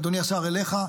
אדוני השר, אליך,